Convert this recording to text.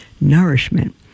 nourishment